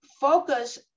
Focus